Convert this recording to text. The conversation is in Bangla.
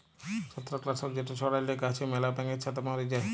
ছত্রাক লাসক যেট ছড়াইলে গাহাচে ম্যালা ব্যাঙের ছাতা ম্যরে যায়